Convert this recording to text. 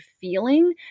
feeling